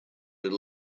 are